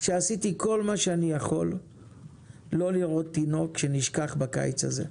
שעשיתי כל מה שאני יכול לא לראות תינוק שנשכח באוטו בקיץ הזה.